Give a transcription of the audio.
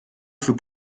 für